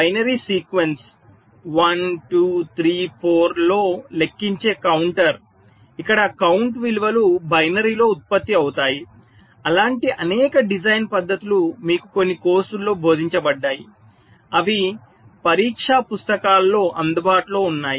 binary sequence 1 2 3 4 లో లెక్కించే counter ఇక్కడ కౌంట్ విలువలు బైనరీలో ఉత్పత్తి అవుతాయి అలాంటి అనేక డిజైన్ పద్దతులు మీకు కొన్ని కోర్సులలో బోధించబడ్డాయి అవి పరీక్ష పుస్తకాలలో అందుబాటులో ఉన్నాయి